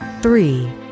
three